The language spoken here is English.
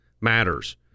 Matters